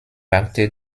wagte